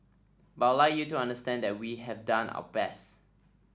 but I'd like you to understand that we have done our best